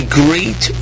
great